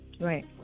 Right